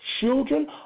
children